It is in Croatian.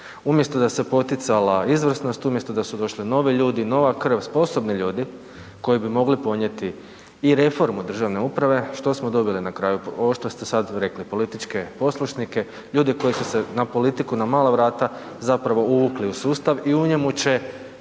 Umjesto da se poticala izvrsnost, umjesto da su došli novi ljudi, nova krv, sposobni ljudi koji bi mogli ponijeti i reformu državne uprave, što smo dobili na kraju, ovo što ste sad rekli. Političke poslušnike, ljude koji su se na politiku na mala vrata zapravo uvukli u sustav i u njemu će